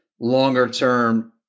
longer-term